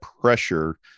pressure